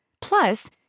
Plus